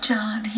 John